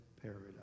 paradise